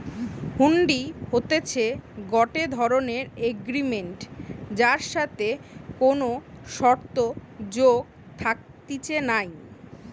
হুন্ডি হতিছে গটে ধরণের এগ্রিমেন্ট যার সাথে কোনো শর্ত যোগ থাকতিছে নাই